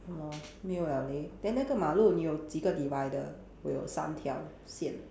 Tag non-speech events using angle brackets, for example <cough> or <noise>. <noise> 没有了 leh then 那个马路你有几个 divider 我有三条线